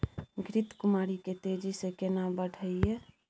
घृत कुमारी के तेजी से केना बढईये?